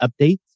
updates